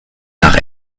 nach